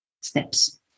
steps